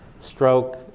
stroke